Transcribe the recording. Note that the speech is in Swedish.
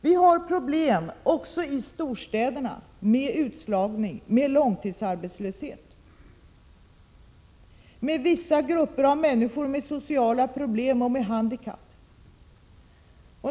Vi har problem även i storstäderna med utslagning, långtidsarbetslöshet, med vissa grupper av människor som har sociala problem och handikapp.